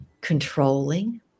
controlling